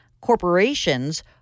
corporations